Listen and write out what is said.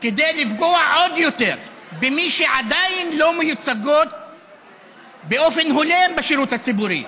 כדי לפגוע עוד יותר במי שעדיין לא מיוצגים באופן הולם בשירות הציבורי.